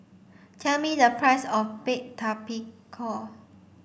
tell me the price of baked tapioca